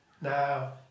now